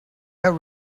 have